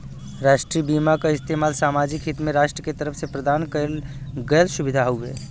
राष्ट्रीय बीमा क इस्तेमाल सामाजिक हित में राष्ट्र के तरफ से प्रदान करल गयल सुविधा हउवे